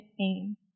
aim